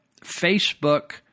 Facebook